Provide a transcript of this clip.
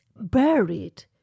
buried